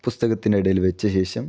പുസ്തകത്തിൻ്റെ ഇടയിൽ വെച്ച ശേഷം